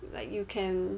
like you can